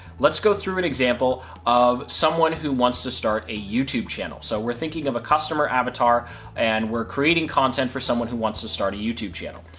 let's go through an example of someone who wants to start a youtube channel. so we're thinking of a customer avatar and we're creating content for someone who wants to start a youtube channel.